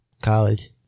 College